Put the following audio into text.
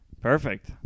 Perfect